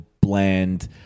bland